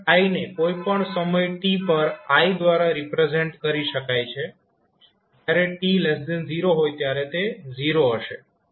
current i ને કોઈ પણ સમય t પર i દ્વારા રિપ્રેઝેન્ટ કરી શકાય છે જ્યારે સમય t 0 હોય ત્યારે તે 0 હશે